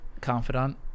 confidant